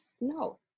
No